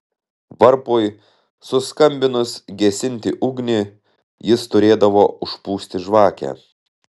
varpui suskambinus gesinti ugnį jis turėdavo užpūsti žvakę